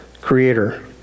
creator